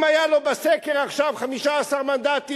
אם היה לו בסקר עכשיו 15 מנדטים,